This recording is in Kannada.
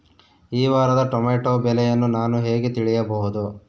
ಈ ವಾರದ ಟೊಮೆಟೊ ಬೆಲೆಯನ್ನು ನಾನು ಹೇಗೆ ತಿಳಿಯಬಹುದು?